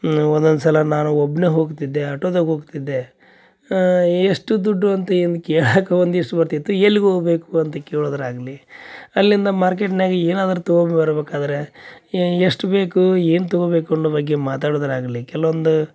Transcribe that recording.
ನಾ ಒಂದೊಂದು ಸಲ ನಾನು ಒಬ್ಬನೇ ಹೋಗ್ತಿದ್ದೆ ಆಟೋದಾಗ ಹೋಗ್ತಿದ್ದೆ ಎಷ್ಟು ದುಡ್ಡು ಅಂತ ಏನೂ ಕೇಳಕ್ಕ ಒಂದಿಷ್ಟ್ ಬರ್ತಿತ್ತು ಎಲ್ಗೆ ಹೋಗ್ಬೇಕು ಅಂತ ಕೇಳುದಾಗ್ಲಿ ಅಲ್ಲಿಂದ ಮಾರ್ಕೆಟ್ನ್ಯಾಗ ಏನಾದ್ರೂ ತಗೊಂಬರ್ಬೇಕಾದ್ರೆ ಎಷ್ಟು ಬೇಕು ಏನು ತಗೊಬೇಕು ಅನ್ನೊ ಬಗ್ಗೆ ಮಾತಾಡ್ದ್ರಾಗಲಿ ಕೆಲ್ವೊಂದು